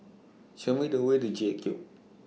Show Me The Way to J Cube